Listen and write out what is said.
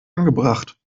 angebracht